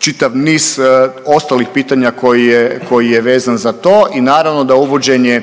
čitav niz ostalih pitanja koji je, koji je vezan za to i naravno da uvođenje